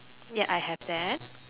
ya I have that